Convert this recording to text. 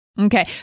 Okay